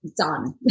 done